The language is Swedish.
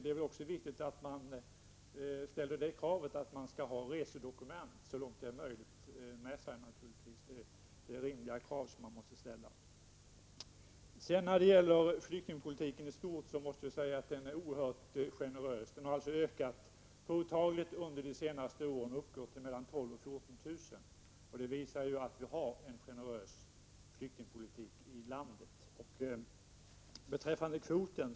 Det är också viktigt att ställa det kravet att de som kommer, så långt det är möjligt, skall ha resedokument med sig. Det är rimliga krav som man måste ställa. När det sedan gäller flyktingpolitiken i stort är den oerhört generös. Invandringen har ökat påtagligt under de senaste åren, och antalet flyktingar uppgår till mellan 12 000 och 14 000 personer, vilket visar att vi har en generös flyktingpolitik.